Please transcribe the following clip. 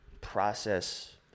process